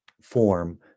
form